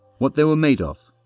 what they were made of,